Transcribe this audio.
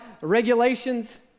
regulations